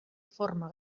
forma